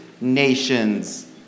nations